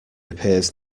appears